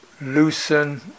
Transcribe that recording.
loosen